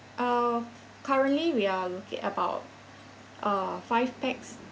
uh currently we are looking about uh five pax